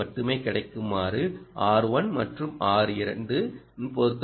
2 மட்டுமே கிடைக்குமாறு R1 மற்றும் R2 இன் பொருத்தமான மதிப்புகளைக் கண்டறியவும்